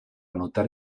anotar